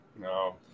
No